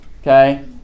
okay